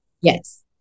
Yes